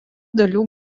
dalių